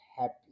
happy